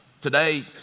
today